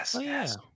yes